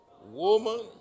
Woman